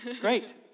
Great